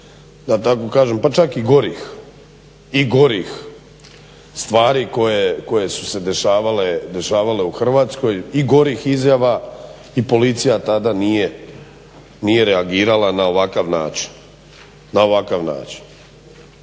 gorih, i gorih stvari koje su se dešavale u Hrvatskoj, i gorih izjava i policija tada nije reagirala na ovakav način.